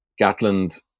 Gatland